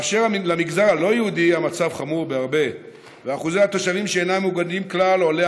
במגזר הלא-יהודי המצב חמור בהרבה ואחוזי התושבים שאינם מוגנים כלל עולה